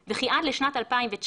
יינתן מטעם: ועדה שמינתה